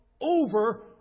over